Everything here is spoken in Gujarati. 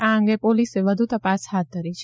આ અંગે પોલીસે વધુ તપાસ હાથ ધરી છે